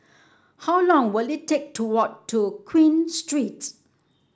how long will it take to walk to Queen Street